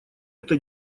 это